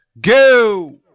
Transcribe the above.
go